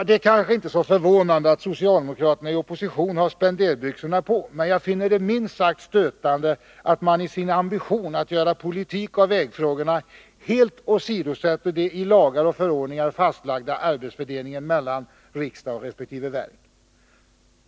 Det är kanske inte så förvånande att socialdemokraterna i opposition har spenderbyxorna på, men jag finner det minst sagt stötande att man i sin ambition att göra politik av vägfrågorna helt åsidosätter den i lagar och förordningar fastlagda arbetsfördelningen mellan riksdag och resp. verk.